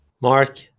Mark